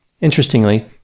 Interestingly